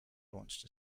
launched